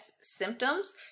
symptoms